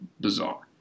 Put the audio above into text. bizarre